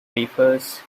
wafers